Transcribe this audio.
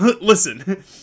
listen